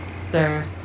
sir